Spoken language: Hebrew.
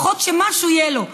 לפחות שמשהו יהיה לו.